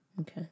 Okay